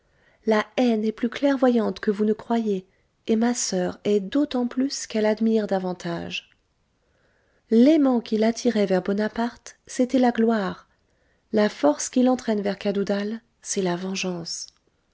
la haine est plus clairvoyante que vous ne croyez et ma soeur hait d'autant plus qu'elle admire davantage l'aimant qui l'attirait vers bonaparte c'était la gloire la force qui l'entraîne vers cadoudal c'est la vengeance